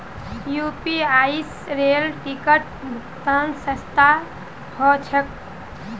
UPI स rail ticket भुक्तान सस्ता ह छेक